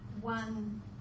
one